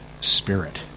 spirit